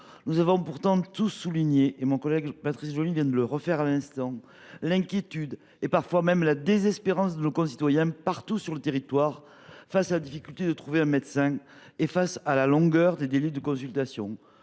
Nous avons pourtant tous souligné, comme mon collègue Patrice Joly, l’inquiétude et parfois même la désespérance de nos concitoyens, partout sur le territoire, face à la difficulté de trouver un médecin et à la longueur des délais de consultation.